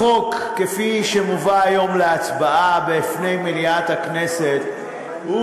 החוק כפי שמובא היום להצבעה בפני מליאת הכנסת הוא